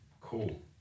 Cool